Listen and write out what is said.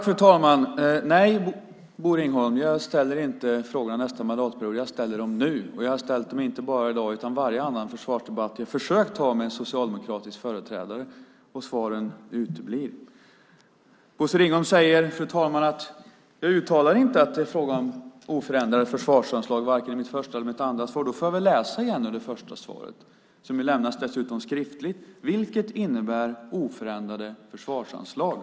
Fru talman! Nej, Bosse Ringholm, jag ställer inte några frågor under nästa mandatperiod, jag ställer dem nu. Jag har inte ställt dem bara i dag och vid varje annan försvarsdebatt där jag försökt tala med en socialdemokratisk företrädare. Svaren uteblir. Bosse Ringholm säger att jag inte uttalar att det är fråga om oförändrade försvarsanslag i mitt första eller mitt andra svar. Då får jag väl läsa igen det första svaret, som dessutom har lämnats skriftligt - "vilket innebär oförändrade försvarsanslag".